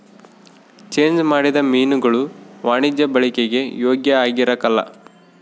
change ಮಾಡಿದ ಮೀನುಗುಳು ವಾಣಿಜ್ಯ ಬಳಿಕೆಗೆ ಯೋಗ್ಯ ಆಗಿರಕಲ್ಲ